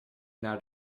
naar